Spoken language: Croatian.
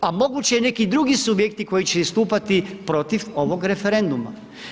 A moguće je, neki drugi subjekti koji će istupati protiv ovog referenduma.